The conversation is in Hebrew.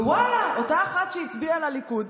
ואללה, אותה אחת שהצביעה לליכוד